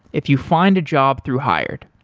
if you find a job through hired.